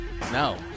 no